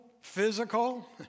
physical